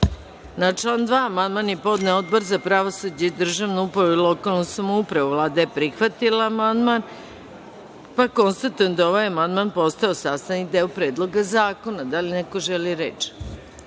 član 2. amandman je podneo Odbor za pravosuđe, državnu upravu i lokalnu samoupravu. Vlada je prihvatila amandman, pa konstatujem da je ovaj amandman postao sastavni deo Predloga zakona. Da li neko želi reč? Na